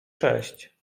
sześć